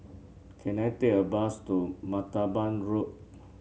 can I take a bus to Martaban Road